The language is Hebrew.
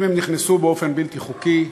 אם הם נכנסו באופן בלתי חוקי,